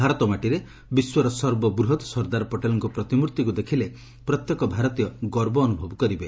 ଭାରତ ମାଟିରେ ବିଶ୍ୱର ସର୍ବବୃହତ୍ ସର୍ଦ୍ଦାର ପଟେଲ୍ଙ୍କ ପ୍ରତିମର୍ଭିକୁ ଦେଖିଲେ ପ୍ରତ୍ୟେକ ଭାରତୀୟ ଗର୍ବ ଅନୁଭବ କରିବେ